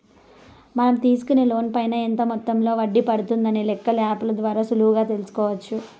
మనం తీసుకునే లోన్ పైన ఎంత మొత్తంలో వడ్డీ పడుతుందనే లెక్కలు యాప్ ల ద్వారా సులువుగా తెల్సుకోవచ్చు